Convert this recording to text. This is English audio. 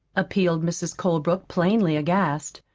appealed mrs. colebrook, plainly aghast.